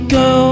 go